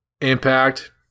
impact